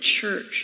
church